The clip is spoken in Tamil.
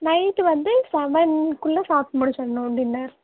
நைட்டு வந்து செவன்குள்ளே சாப்பிட்டு முடுச்சிடுணும் டின்னர்